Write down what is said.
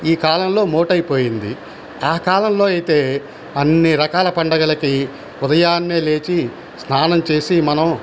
ఈ కాలంలో మూటైపోయింది ఆ కాలంలో అయితే అన్ని రకాల పండగలకి ఉదయాన్నే లేచి స్నానం చేసి మనం